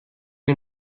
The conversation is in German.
wir